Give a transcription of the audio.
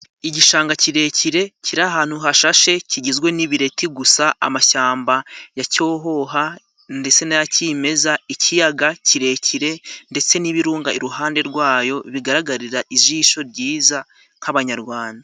Igishanga kirekire kiri ahantu hashashe kigizwe n'ibireti gusa, amashyamba ya Cyohoha ndetse n'aya kimeza, ikiyaga kirekire ndetse n'ibirunga iruhande rwayo bigaragarira ijisho ryiza nk'abanyarwanda.